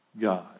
God